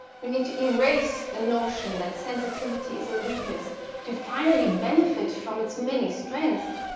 we need to erase the notion that sensitivity is a weakness to finally benefit from its many strengths.